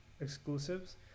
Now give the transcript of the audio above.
exclusives